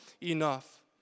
enough